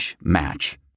match